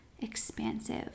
expansive